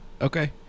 Okay